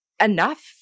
enough